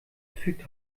fügt